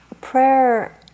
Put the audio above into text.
Prayer